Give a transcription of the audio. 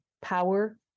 power